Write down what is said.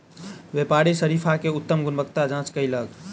व्यापारी शरीफा के उत्तम गुणवत्ताक जांच कयलक